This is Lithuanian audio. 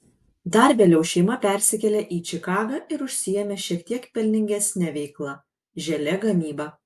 dar vėliau šeima persikėlė į čikagą ir užsiėmė šiek tiek pelningesne veikla želė gamyba